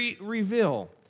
reveal